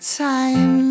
time